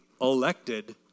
elected